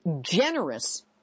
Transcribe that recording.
generous